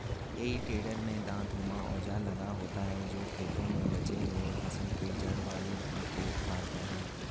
हेइ टेडर में दाँतनुमा औजार लगा होता है जो खेतों में बचे हुए फसल के जड़ वाले भाग को उखाड़ता है